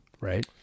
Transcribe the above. Right